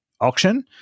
auction